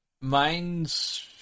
Mine's